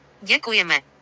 Děkujeme